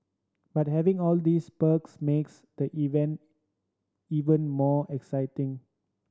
but having all these perks makes the event even more exciting